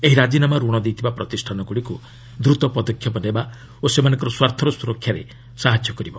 ଏହି ରାଜିନାମା ରଣ ଦେଇଥିବା ପ୍ରତିଷ୍ଠାନଗୁଡ଼ିକୁ ଦୃତ ପଦକ୍ଷେପ ନେବା ଓ ସେମାନଙ୍କ ସ୍ୱାର୍ଥର ସୁରକ୍ଷାରେ ସହାୟତା କରିବ